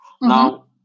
Now